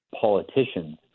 politicians